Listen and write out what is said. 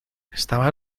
estaba